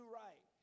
right